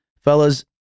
Fellas